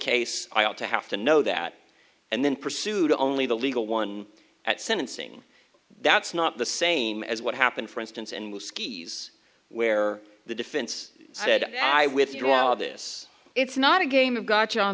case i ought to have to know that and then pursued only the legal one at sentencing that's not the same as what happened for instance and whiskeys where the defense said i with you all of this it's not a game of gotcha on